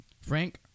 Frank